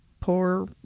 poor